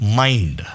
mind